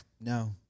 no